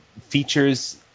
Features